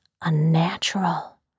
unnatural